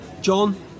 John